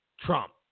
Trump